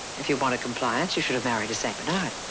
if you wanted compliance you should have married a st. bernard.